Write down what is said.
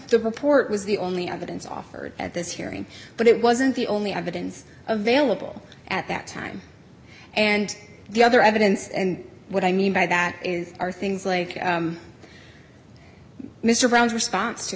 the report was the only evidence offered at this hearing but it wasn't the only evidence available at that time and the other evidence and what i mean by that is are things like mr brown's response to